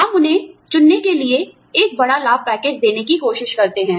हम उन्हें चुनने के लिए एक बड़ा लाभ पैकेज देने की कोशिश करते हैं